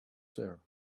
there